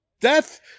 death